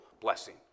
blessing